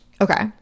Okay